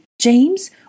James